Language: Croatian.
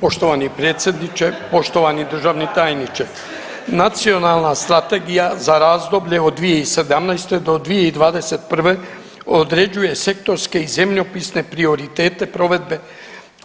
Poštovani predsjedniče, poštovani državni tajniče Nacionalna strategija za razdoblje od 2017. do 2021. određuje sektorske i zemljopisne prioritete provedbe